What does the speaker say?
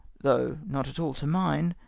though not at all to mine,